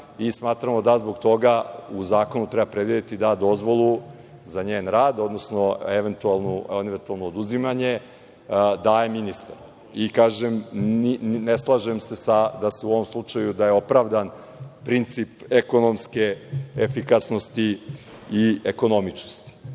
i smatramo da zbog toga u zakonu treba predvideti da dozvolu za njen rad, odnosno eventualno oduzimanje, daje ministar. Zato se ne slažem da je u ovom slučaju opravdan princip ekonomske efikasnosti i ekonomičnosti.